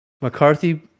McCarthy